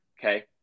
Okay